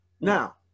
Now